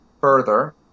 further